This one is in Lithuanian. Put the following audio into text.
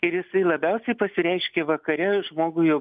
ir jisai labiausiai pasireiškia vakare žmogui jau